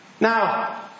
Now